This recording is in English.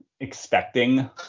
expecting